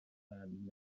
and